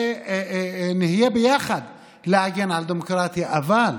ואני חייב להגיד משפט אחרון לסיום,